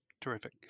terrific